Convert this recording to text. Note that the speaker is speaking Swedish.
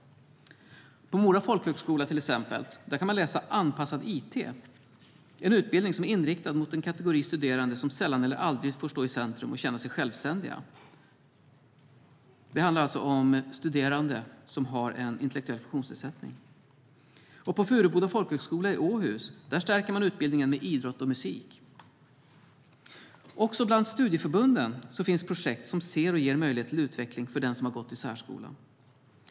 På Mora Folkhögskola kan man till exempel läsa anpassad it. Det är en utbildning som är inriktad mot en kategori studerande som sällan eller aldrig får stå i centrum och känna sig självständiga. Det handlar alltså om studerande som har en intellektuell funktionsnedsättning. På Furuboda folkhögskola i Åhus stärker man utbildningen med idrott och musik. Också bland studieförbunden finns projekt som ser och ger möjlighet till utveckling för den som gått i särskola.